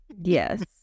Yes